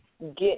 get